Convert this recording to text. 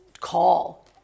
call